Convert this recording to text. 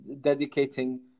dedicating